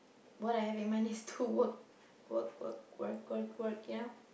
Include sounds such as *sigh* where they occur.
what I have in mind is to *laughs* work work work work work work you know